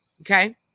okay